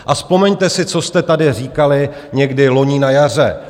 A vzpomeňte si, co jste tady říkali někdy loni na jaře.